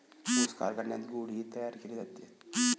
ऊस कारखान्यात गुळ ही तयार केले जातात